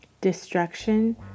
Destruction